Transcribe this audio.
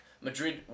Madrid